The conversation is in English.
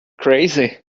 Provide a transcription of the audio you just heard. crazy